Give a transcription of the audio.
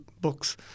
books